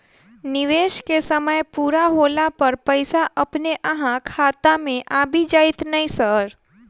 निवेश केँ समय पूरा होला पर पैसा अपने अहाँ खाता मे आबि जाइत नै सर?